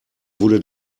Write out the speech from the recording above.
wurde